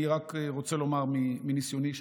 אני רק רוצה לומר, מניסיוני,